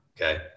okay